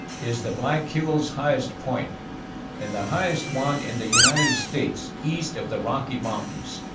is the black hills' highest point and the highest one in the united states east of the rocky mountains.